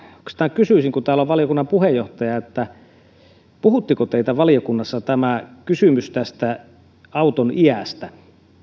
oikeastaan kysyisin kun täällä on valiokunnan puheenjohtaja puhuttiko teitä valiokunnassa kysymys auton iästä